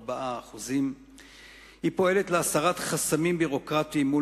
4%. היא פועלת להסרת חסמים ביורוקרטיים מול